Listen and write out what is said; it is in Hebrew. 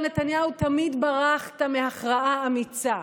אדוני, מר נתניהו, תמיד ברחת מהכרעה אמיצה: